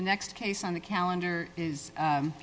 the next case on the calendar is